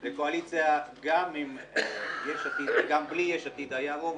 לקואליציה גם עם יש עתיד וגם בלי יש עתיד היה רוב,